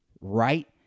Right